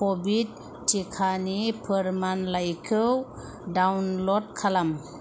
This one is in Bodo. क'भिड टिकानि फोरमानलाइखौ डाउनल'ड खालाम